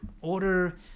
order